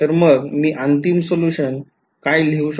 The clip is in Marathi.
तर मग मी अंतिम सोल्यूशन काय लिहू